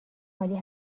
عالی